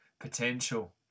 potential